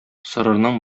сорырның